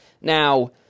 Now